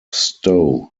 sto